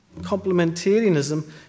Complementarianism